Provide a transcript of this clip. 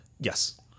Yes